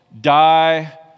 die